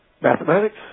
Mathematics